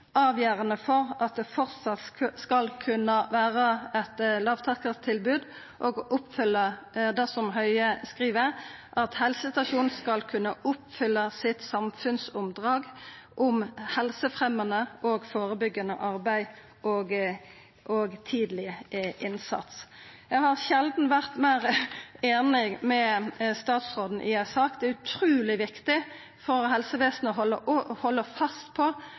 for at den fortsatt skal kunne være et lavterskeltilbud og» – det som Høie skriv at helsestasjonen skal kunna gjera – «oppfylle sitt samfunnsoppdrag om helsefremmende og forebyggende arbeid og tidlig innsats.» Eg har sjeldan vore meir einig med statsråden i ei sak. Det er utruleg viktig for helsevesenet å halda fast på at tilbodet skal vera basert på